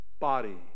body